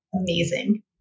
amazing